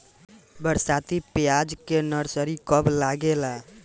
बरसाती प्याज के नर्सरी कब लागेला?